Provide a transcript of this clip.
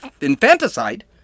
infanticide